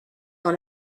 dans